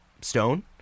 stone